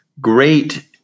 great